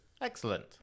Excellent